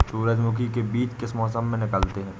सूरजमुखी में बीज किस मौसम में निकलते हैं?